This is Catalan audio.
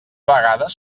vegades